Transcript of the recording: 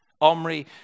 Omri